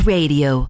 Radio